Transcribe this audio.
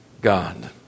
God